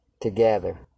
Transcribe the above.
together